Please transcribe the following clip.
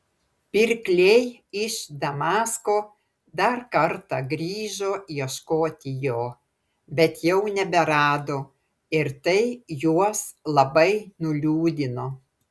pirkliai iš damasko dar kartą grįžo ieškoti jo bet jau neberado ir tai juos labai nuliūdino